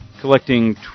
collecting